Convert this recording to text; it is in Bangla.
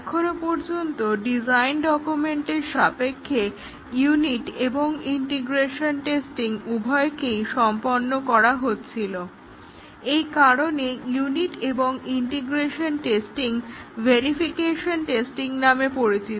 এখনো পর্যন্ত ডিজাইন ডকুমেন্টের সাপেক্ষে ইউনিট এবং ইন্টিগ্রেশন টেস্টিং উভয়কেই সম্পন্ন করা হচ্ছিল এবং এই কারণে ইউনিট এবং ইন্টিগ্রেশন টেস্টিং ভেরিফিকেশন টেস্টিং নামে পরিচিত